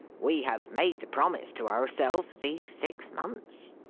we have made the promise to ourselves these six months.